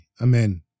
Amen